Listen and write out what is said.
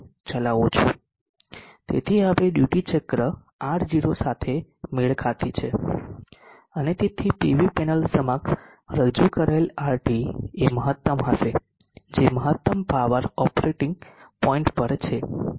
તેથી હવે ડ્યુટી ચક્ર R0 સાથે મેળ ખાતી છે અને તેથી પીવી પેનલ સમક્ષ રજૂ કરાયેલ RT એ મહત્તમ હશે જે મહત્તમ પાવર ઓપરેટિંગ પોઇન્ટ પર છે